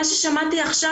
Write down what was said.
מה ששמעתי עכשיו,